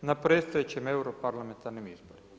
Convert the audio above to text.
na predstojećih euro parlamentarnim izborima.